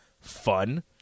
fun